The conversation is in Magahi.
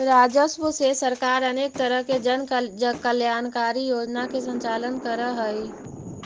राजस्व से सरकार अनेक तरह के जन कल्याणकारी योजना के संचालन करऽ हई